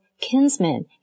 kinsman